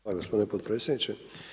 Hvala gospodine potpredsjedniče.